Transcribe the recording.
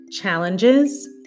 challenges